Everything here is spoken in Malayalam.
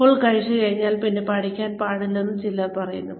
ഫുൾ കഴിച്ചു കഴിഞ്ഞാൽ പിന്നെ പഠിക്കാൻ പറയാൻ പാടില്ലെന്നാണ് ചിലർ പറയുന്നത്